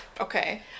Okay